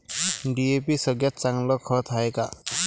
DAP सगळ्यात चांगलं खत हाये का?